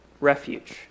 refuge